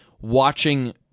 watching